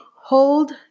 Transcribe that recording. hold